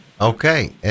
Okay